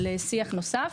על שיח נוסף.